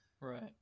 Right